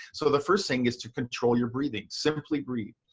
so the first thing is to control your breathing. simply breathe.